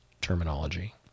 terminology